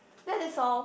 that's all